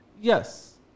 Yes